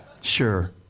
Sure